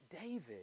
David